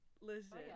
Listen